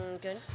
Good